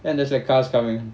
and there's like cars coming